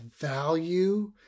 value